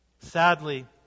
Sadly